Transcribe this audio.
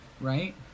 right